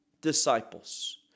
disciples